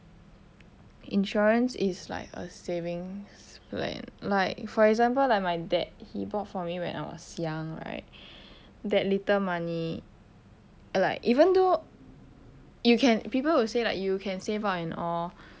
insurance is like a savings plan like for example like my dad he bought for me when I was young right that little money like even though you can people will say like you can save up and all